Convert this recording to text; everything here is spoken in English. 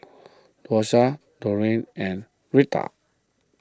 Dosha Dorene and Retta